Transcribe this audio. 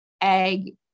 egg